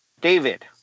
David